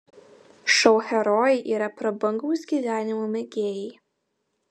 šou herojai yra prabangaus gyvenimo mėgėjai